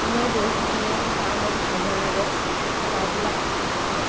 এনেই বহি থাকিলে গা মন ভাল নালাগে গাবিলাক অলপ